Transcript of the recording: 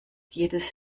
jedes